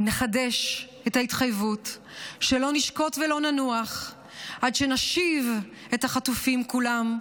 נחדש את ההתחייבות שלא נשקוט ולא ננוח עד שנשיב את החטופים כולם,